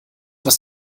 was